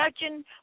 searching